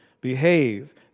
behave